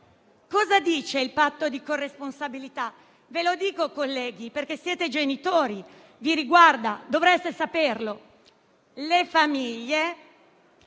Cosa dice il patto di corresponsabilità? Ve lo dico, colleghi, perché siete genitori, vi riguarda e dovreste saperlo. «Le famiglie